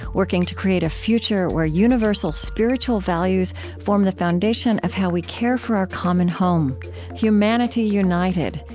working to create a future where universal spiritual values form the foundation of how we care for our common home humanity united,